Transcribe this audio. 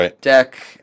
deck